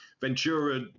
Ventura